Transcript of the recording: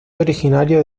originario